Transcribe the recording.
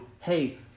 Hey